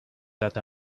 that